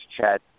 Chad